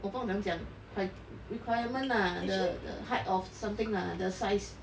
我不懂这么样讲 like requirement lah the the height of something lah the size